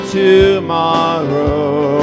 tomorrow